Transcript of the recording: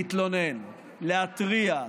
להתלונן, להתריע,